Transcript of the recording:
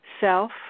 self